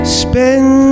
spend